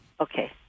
Okay